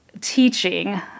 teaching